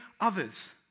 others